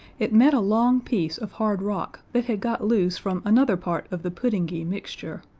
it met a long piece of hard rock that had got loose from another part of the puddingy mixture,